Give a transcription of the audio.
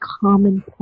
common